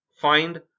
Find